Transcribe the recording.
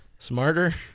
smarter